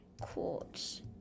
quartz